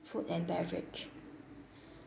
food and beverage